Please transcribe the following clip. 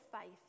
faith